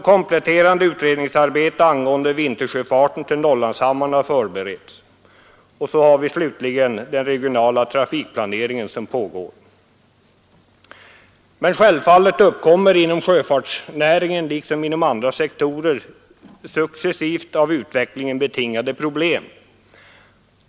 Kompletterande utredningsarbete angående vintersjöfart på Norrlandshamnarna förbereds. Slutligen pågår den regionala trafikplaneringen. Men självfallet uppkommer inom sjöfartsnäringen liksom inom andra sektorer successivt av utvecklingen betingade problem.